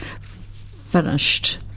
Finished